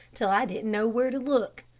till i didn't know where to look.